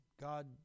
God